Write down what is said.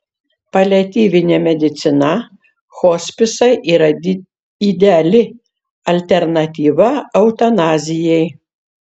paliatyvinė medicina hospisai yra ideali alternatyva eutanazijai